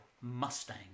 Mustang